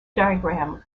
diagram